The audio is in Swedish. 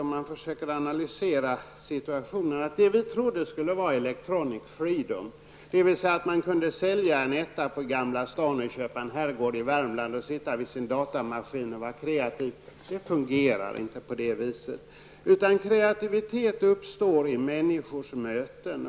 Om man försöker analysera situationen tror jag inte att det som vi trodde skulle vara ''electronic freedom'' fungerar, dvs. att man kunde sälja en etta i Gamla Stan och köpa en herrgård i Värmland och sitta vid sin datamaskin och vara kreaktiv Kreaktivitet uppstår i stället vid människors möten.